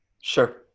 Sure